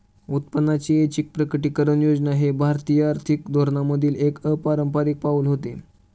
उत्पन्नाची ऐच्छिक प्रकटीकरण योजना हे भारतीय आर्थिक धोरणांमधील एक अपारंपारिक पाऊल होते